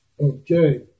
Okay